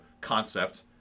concept